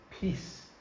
Peace